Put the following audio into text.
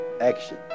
action